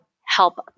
help